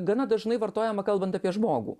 gana dažnai vartojama kalbant apie žmogų